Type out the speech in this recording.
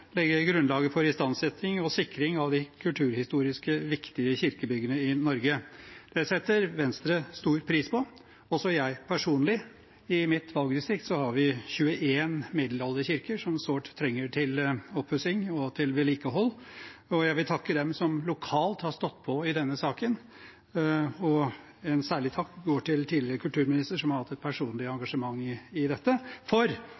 legge grunnlaget for istandsetting og sikring av de kulturhistorisk viktige kirkebyggene i Norge. Det setter Venstre stor pris på, også jeg personlig. I mitt valgdistrikt har vi 21 middelalderkirker som sårt trenger oppussing og vedlikehold. Jeg vil takke dem som lokalt har stått på i denne saken, og en særlig takk går til den tidligere kulturministeren, som har hatt et personlig engasjement i dette. Venstre og jeg selv har lenge vært bekymret for